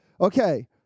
okay